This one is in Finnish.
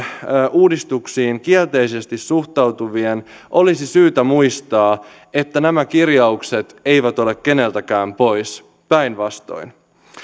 uudistuksiin kielteisesti suhtautuvien olisi syytä muistaa että nämä kirjaukset eivät ole keneltäkään pois päinvastoin